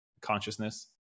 consciousness